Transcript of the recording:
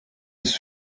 ist